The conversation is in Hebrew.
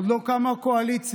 עוד לא קמה הקואליציה,